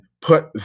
put